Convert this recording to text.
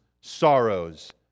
sorrows